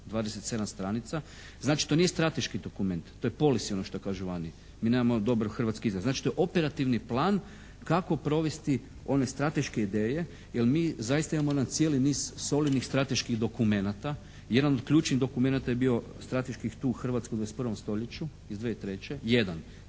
27 stranica. Znači to nije strateški dokument, to je …/Govornik se ne razumije./… što kažu vani. Mi nemamo dobar hrvatski izraz. Znači to je operativni plan kako provesti one strateške ideje jel mi zaista imamo jedan cijeli niz solidnih strateških dokumenata. Jedan od ključnih dokumenata je bio strateški tu u Hrvatskoj u 21. stoljeću iz 2003., jedan,